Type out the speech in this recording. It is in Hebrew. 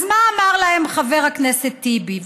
אז מה אמר להם חבר הכנסת טיבי?